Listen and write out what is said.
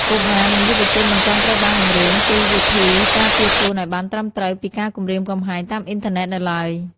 កុមារ និងយុវជនមិនទាន់ត្រូវបានបង្រៀនពីវិធីការពារខ្លួនឱ្យបានត្រឹមត្រូវពីការគំរាមកំហែងតាមអ៊ីនធឺណិតនៅឡើយ។